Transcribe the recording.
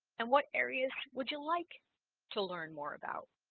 and what areas would you like to learn more about?